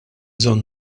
bżonn